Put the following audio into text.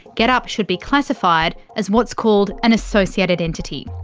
getup should be classified as what's called an associated entity.